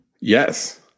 Yes